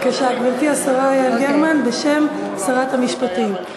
בבקשה, גברתי השרה יעל גרמן, בשם שרת המשפטים.